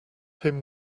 him